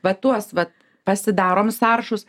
va tuos vat pasidarom sąrašus